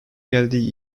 geldiği